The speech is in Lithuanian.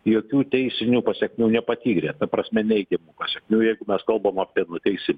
jokių teisinių pasekmių nepatyrė ta prasme neigiamų pasekmių jeigu mes kalbam apie nuteisimą